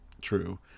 true